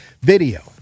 Video